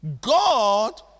God